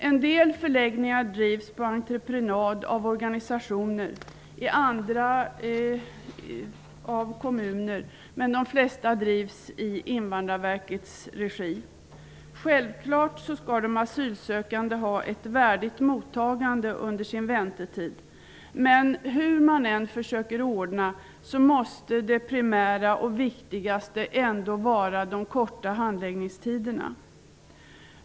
En del förläggningar drivs på entreprenad av organisationer och andra av kommuner, men de flesta drivs i Invandrarverkets regi. De asylsökande skall självfallet ha en värdig behandling under sin väntetid. Men hur man än försöker ordna olika saker måste det primära och viktigaste vara de korta handläggningstiderna.